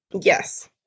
Yes